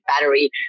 battery